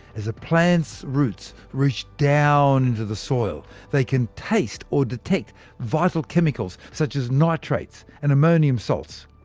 as a plant's roots reach down into the soil they can taste or detect vital chemicals, such as nitrates and ammonium salts.